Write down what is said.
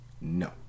No